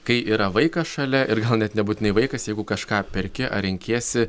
kai yra vaikas šalia ir gal net nebūtinai vaikas jeigu kažką perki ar renkiesi